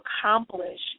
accomplish